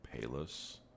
Payless